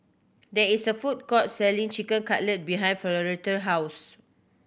there is a food court selling Chicken Cutlet behind Floretta house